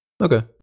okay